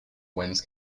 winds